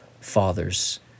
father's